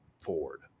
forward